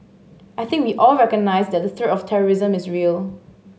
I think we all recognise that the threat of terrorism is real